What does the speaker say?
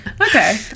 okay